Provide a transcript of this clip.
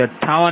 58 1